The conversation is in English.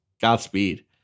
Godspeed